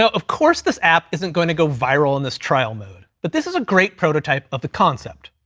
of course this app isn't gonna go viral in this trial mood, but this is a great prototype of the concept.